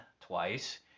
twice